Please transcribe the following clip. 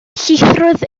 llithrodd